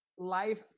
life